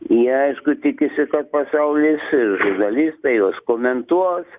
jie aišku tikisi kad pasaulis ir žurnalistai juos komentuos